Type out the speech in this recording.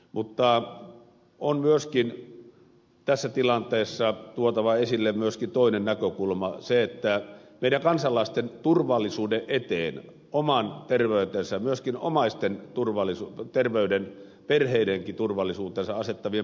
mutta tässä tilanteessa on tuotava esille myöskin toinen näkökulma meidän kansalaisten turvallisuuden eteen oman terveytensä ja myöskin omaistensa terveyden perheidensäkin turvallisuuden asettavien poliisimiesten asema